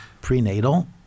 prenatal